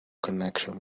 connection